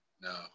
No